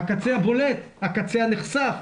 הקצה הבולט, הקצה הנחשף